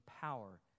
power